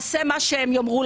לוקח רשויות שמפסידות ומאוד.